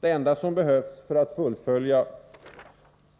Det enda som behövs för att fullfölja